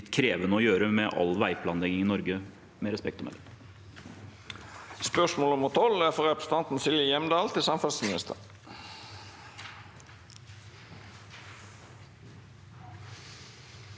være litt krevende å gjøre med all veiplanlegging i Norge